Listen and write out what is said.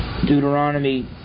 Deuteronomy